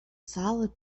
solid